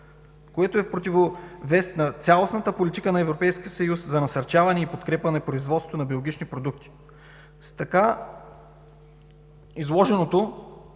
което е в противовес на цялостната политика на Европейския съюз за насърчаване и подкрепа на производството на биологични продукти. С така изложеното